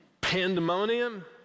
pandemonium